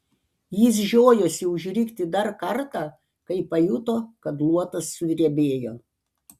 jis žiojosi užrikti dar kartą kai pajuto kad luotas sudrebėjo